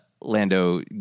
Lando